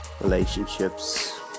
relationships